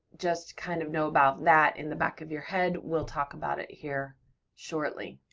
just kind of know about that in the back of your head, we'll talk about it here shortly.